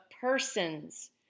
persons